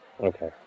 Okay